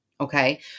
Okay